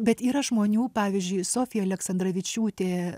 bet yra žmonių pavyzdžiui sofija aleksandravičiūtė